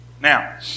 Now